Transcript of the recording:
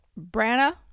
Branna